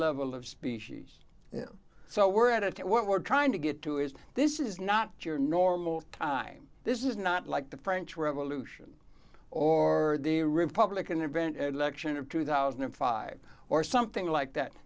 level of species so we're at it what we're trying to get to is this is not your normal time this is not like the french revolution or the republican event an election of two thousand and five or something like that